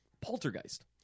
poltergeist